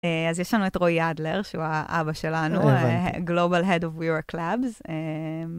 אז יש לנו את רועי אדלר, שהוא האבא שלנו, Global Head of WeWork Labs.